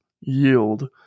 yield